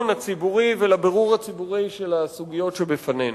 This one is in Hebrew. הציבורי ולבירור הציבורי של הסוגיות שבפנינו.